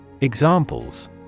Examples